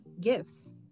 gifts